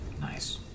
Nice